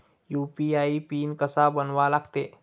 UPI PIN कसा बनवा लागते?